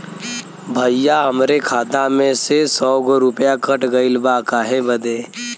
भईया हमरे खाता मे से सौ गो रूपया कट गइल बा काहे बदे?